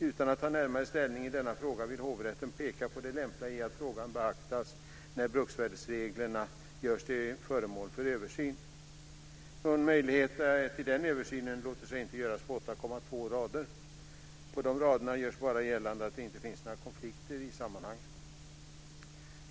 Utan att ta närmare ställning i denna fråga vill hovrätten peka på det lämpliga i att frågan beaktas när bruksvärdesreglerna görs till föremål för översyn. Någon möjlighet till den översynen låter sig inte göras på 8,2 rader. På de raderna görs bara gällande att det inte finns några konflikter i sammanhanget.